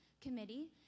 Committee